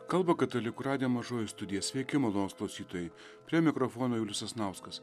kalba katalikų radijo mažoji studija sveiki malonūs klausytojai prie mikrofono julius sasnauskas